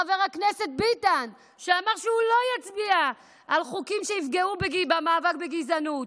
שחבר הכנסת ביטן אמר שהוא לא יצביע על חוקים שיפגעו במאבק בגזענות.